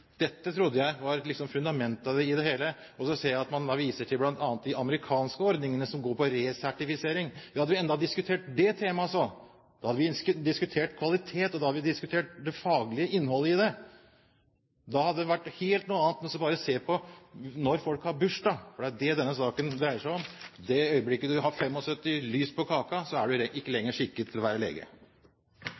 Dette trodde jeg liksom var fundamentet i det hele. Så ser jeg at man bl.a. viser til de amerikanske ordningene som går på resertifisering. Ja, hadde vi enda diskutert det temaet, hadde vi diskutert kvalitet, og da hadde vi diskutert det faglige innholdet i det. Det hadde vært noe helt annet enn bare å se på når folk har bursdag, for det er det denne saken dreier seg om. I det øyeblikket du har 75 lys på kaken, er du ikke lenger skikket til å være lege.